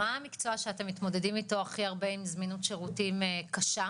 מה המקצוע שאתם מתמודדים איתו הכי הרבה עם זמינות שירותים קשה?